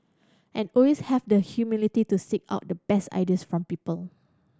and always have the humility to seek out the best ideas from people